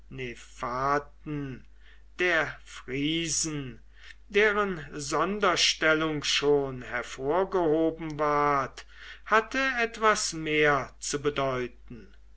der cannenefaten der friesen deren sonderstellung schon hervorgehoben ward hatte etwas mehr zu bedeuten